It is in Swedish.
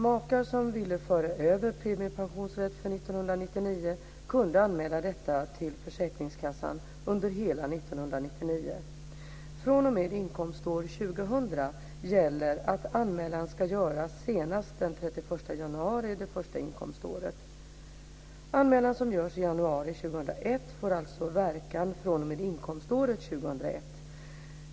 Makar som ville föra över premiepensionsrätt för 1999 kunde anmäla detta till försäkringskassan under hela 1999. fr.o.m. inkomstår 2000 gäller att anmälan ska göras senast den 31 januari det första inkomståret. Anmälan som görs i januari 2001 får alltså verkan fr.o.m. inkomståret 2001.